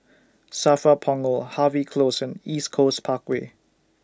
SAFRA Punggol Harvey Close and East Coast Parkway